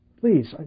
Please